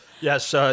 Yes